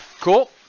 Cool